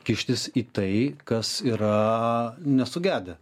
kištis į tai kas yra nesugedę